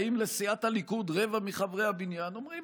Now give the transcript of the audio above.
באים לסיעת הליכוד רבע מחברי הבניין ואומרים